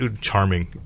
charming